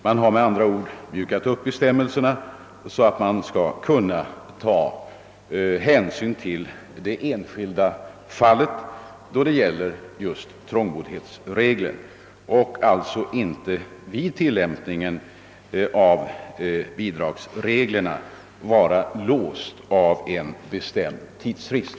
Man har med andra ord mjukat upp bestämmelserna så att man skall kunna beakta det enskilda fallet då det gäller trångboddhetsregeln och alltså inte vid tilllämpningen av bidragsreglerna vara låst av en bestämd tidsfrist.